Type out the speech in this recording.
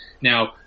Now